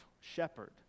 shepherd